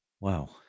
Wow